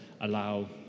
allow